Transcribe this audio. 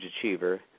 achiever